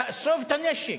תאסוף את הנשק,